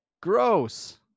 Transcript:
Gross